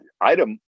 item